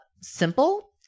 simple